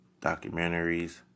documentaries